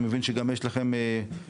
אני מבין שגם יש לכם מצגת.